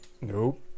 Nope